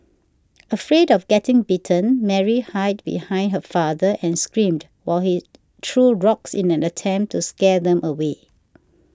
afraid of getting bitten Mary hid behind her father and screamed while he threw rocks in an attempt to scare them away